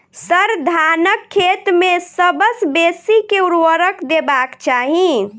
sir, धानक खेत मे सबसँ बेसी केँ ऊर्वरक देबाक चाहि